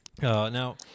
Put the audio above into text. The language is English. Now